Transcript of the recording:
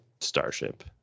starship